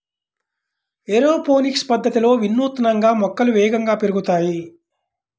aeroponics పద్ధతిలో వినూత్నంగా మొక్కలు వేగంగా పెరుగుతాయి